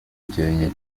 ikirenge